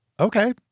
Okay